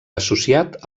associat